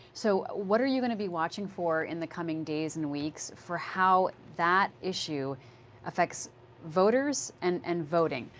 so what are you going to be watching for in the coming days and weeks for how that issue affects voters and and voting?